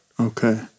Okay